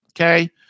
okay